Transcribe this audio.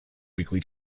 weekly